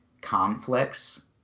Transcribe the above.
conflicts